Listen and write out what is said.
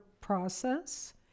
process